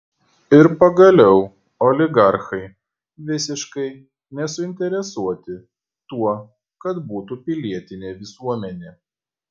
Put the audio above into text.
ir pagaliau oligarchai visiškai nesuinteresuoti tuo kad būtų pilietinė visuomenė